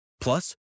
Plus